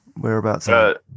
Whereabouts